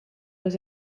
los